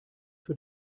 für